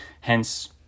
Hence